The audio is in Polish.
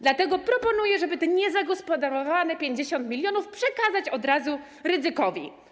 Dlatego proponuję, aby niezagospodarowane 50 mln przekazać od razu Rydzykowi.